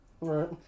Right